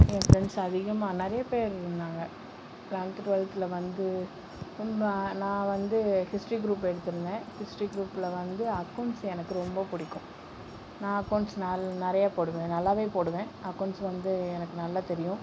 என் friends அதிகமாக நிறைய பேரு இருந்தாங்கள் லெவல்த் டூவெல்த்தில் வந்து நான் வந்து ஹிஸ்ட்ரி குரூப் எடுத்துருந்தேன் ஹிஸ்ட்ரி குரூப்பில் வந்து அகோன்ஸ் எனக்கு ரொம்ப பிடிக்கும் நான் அகோன்ஸ் நிறைய போடுவேன் நல்லாவே போடுவேன் அகோன்ஸ் வந்து எனக்கு நல்லா தெரியும்